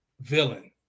villain